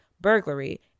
burglary